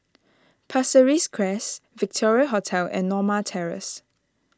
Pasir Ris Crest Victoria Hotel and Norma Terrace